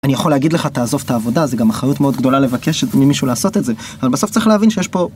אני יכול להגיד לך, תעזוב את העבודה, זה גם אחריות מאוד גדולה לבקש ממישהו לעשות את זה, אבל בסוף צריך להבין שיש פה...